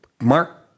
Mark